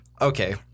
Okay